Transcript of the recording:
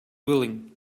willing